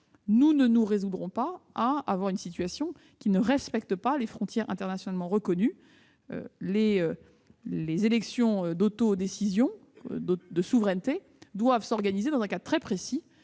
nous ne nous résoudrons pas à accepter une situation qui ne respecte pas les frontières internationalement reconnues. Les élections d'autodétermination, de souveraineté, doivent s'organiser dans un cas très précis.